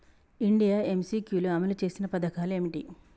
India MCQ లో అమలు చేసిన పథకాలు ఏమిటి?